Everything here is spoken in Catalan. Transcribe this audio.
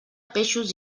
peixos